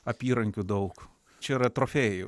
apyrankių daug čia yra trofėjų